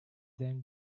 then